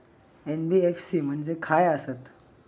NBFC म्हणजे खाय आसत?